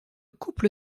couple